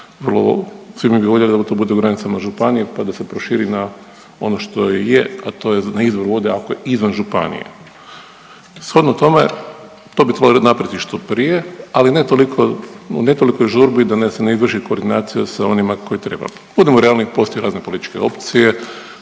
svi mi bi voljeli da to bude u granicama županije pa da se proširi na ono što i je, a to je na izvor vode ako je izvan županije. Shodno tome, to bi napravit što prije, ali ne toliko, ali ne u tolikoj žurbi da se ne izvrši koordinacija sa onima koje trebamo. Budimo realni postoje razne političke opcije,